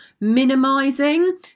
minimising